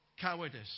cowardice